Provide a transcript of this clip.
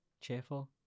cheerful